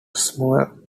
samuel